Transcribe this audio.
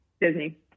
Disney